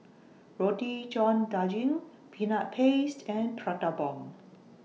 Roti John Daging Peanut Paste and Prata Bomb